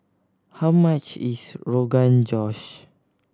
how much is Rogan Josh